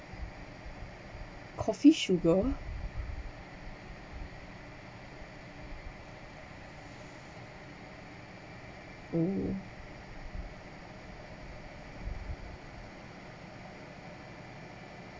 coffee sugar mm